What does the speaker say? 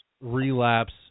relapse